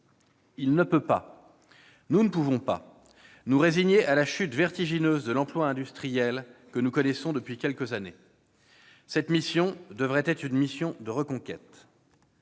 du chemin. Nous ne pouvons pas nous résigner à la chute vertigineuse de l'emploi industriel que nous connaissons depuis quelques années. À cet égard, cette mission devrait être une mission de reconquête